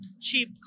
cheap